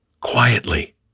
Quietly